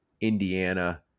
Indiana